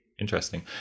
interesting